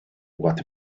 what